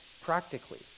practically